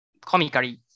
comically